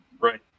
right